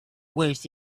worth